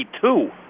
two